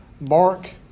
mark